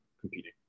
competing